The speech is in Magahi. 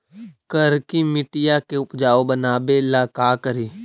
करिकी मिट्टियां के उपजाऊ बनावे ला का करी?